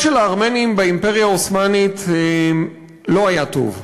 של הארמנים באימפריה העות'מאנית לא היה טוב,